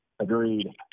Agreed